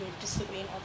disobeying